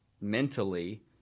mentally